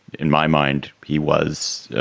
in my mind, he was,